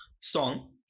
song